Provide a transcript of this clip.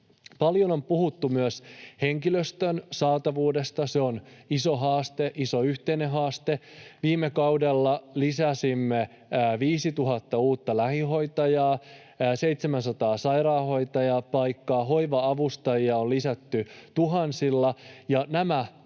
Paljon on puhuttu myös henkilöstön saatavuudesta. Se on iso haaste, iso yhteinen haaste. Viime kaudella lisäsimme 5 000 uutta lähihoitajaa ja 700 sairaanhoitajapaikkaa ja hoiva-avustajia on lisätty tuhansilla,